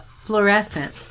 fluorescent